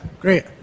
great